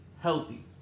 healthy